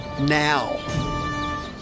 now